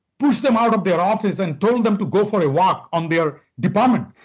push them out of their office and told them to go for a walk on their department.